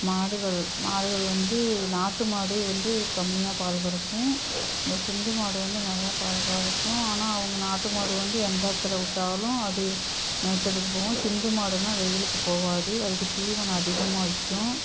மாடுகள் மாடுகள் வந்து நாட்டு மாடு வந்து கம்மியாக பால் கறக்கும் இந்த சிந்து மாடு வந்து நிறைய பால் கறக்கும் ஆனால் அவங்க நாட்டு மாடு வந்து எந்த இடத்துல விட்டாலும் அது மேய்ச்சலுக்கு போகும் சிந்து மாடுன்னால் வெயிலுக்கு போகாது அதுக்கு தீவனம் அதிகமாக வைக்கும்